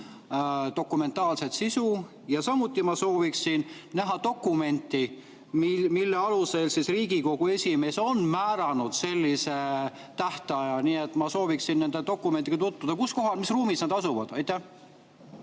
dokumentaalset sisu. Ja samuti ma sooviksin näha dokumenti, mille alusel Riigikogu esimees on määranud sellise tähtaja. Nii et ma sooviksin nende dokumentidega tutvuda. Kus kohal, mis ruumis nad asuvad? Aitäh,